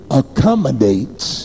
accommodates